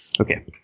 Okay